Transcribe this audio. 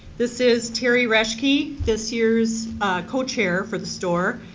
this is terry rushkey, this year's cochair for the store.